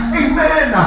amen